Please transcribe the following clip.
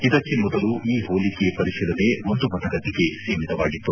ಇದಕ್ಕೆ ಮೊದಲು ಈ ಹೋಲಿಕೆ ಪರಿಶೀಲನೆ ಒಂದು ಮತಗಟ್ಟೆಗೆ ಸೀಮಿತವಾಗಿತ್ತು